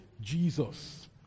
Jesus